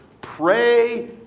pray